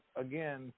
again